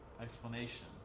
explanation